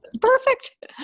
Perfect